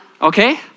Okay